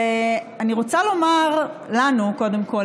אני רוצה לומר לנו קודם כול,